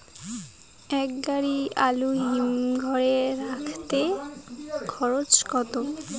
এক গাড়ি আলু হিমঘরে রাখতে খরচ কত?